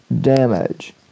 damage